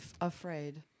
afraid